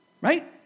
right